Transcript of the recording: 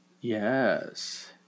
Yes